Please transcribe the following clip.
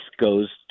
goes